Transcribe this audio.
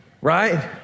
right